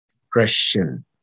depression